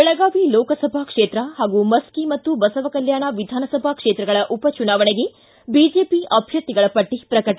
ಬೆಳಗಾವಿ ಲೋಕಸಭಾ ಕ್ಷೇತ್ರ ಹಾಗೂ ಮಸ್ಕಿ ಮತ್ತು ಬಸವಕಲ್ಯಾಣ ವಿಧಾನಸಭಾ ಕ್ಷೇತ್ರಗಳ ಉಪಚುನಾವಣೆಗೆ ಬಿಜೆಪಿ ಅಭ್ಯರ್ಥಿಗಳ ಪಟ್ಟ ಪ್ರಕಟ